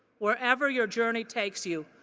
wherever your journey takes you.